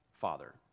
Father